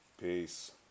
Peace